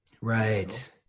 Right